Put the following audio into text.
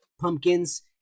pumpkins